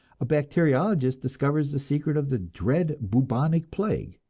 a bacteriologist discovers the secret of the dread bubonic plague,